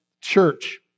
church